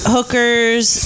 Hookers